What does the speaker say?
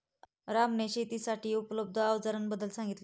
रामने शेतीसाठी बाजारातील उपलब्ध अवजारांबद्दल सांगितले